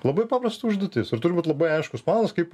labai paprasta užduotis ir turi būt labai aiškus planas kaip